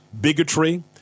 bigotry